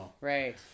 Right